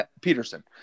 Peterson